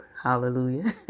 Hallelujah